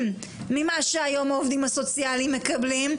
ממה שהיום העובדים הסוציאליים מקבלים,